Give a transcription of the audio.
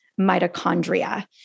mitochondria